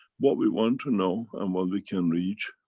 what we want to know and what we can reach,